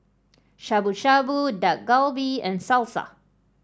Shabu Shabu Dak Galbi and Salsa